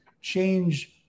change